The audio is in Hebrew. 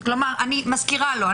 אני מזכירה לו.